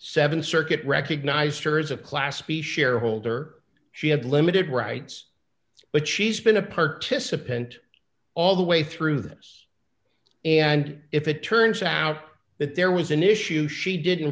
seven circuit recognized jurors a class b shareholder she had limited rights but she's been a participant all the way through the years and if it turns out that there was an issue she didn't